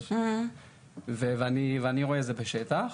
זה שני דברים שונים ואני רואה את זה בשטח.